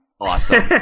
Awesome